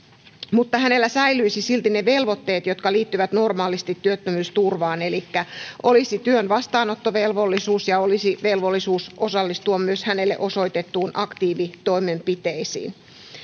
hänellä säilyisivät silti ne velvoitteet jotka liittyvät normaalisti työttömyysturvaan elikkä olisi työn vastaanottovelvollisuus ja olisi velvollisuus osallistua myös hänelle osoitettuihin aktiivitoimenpiteisiin